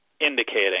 indicating